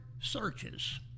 searches